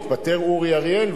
יתפטר אורי אריאל,